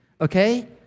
okay